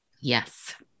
Yes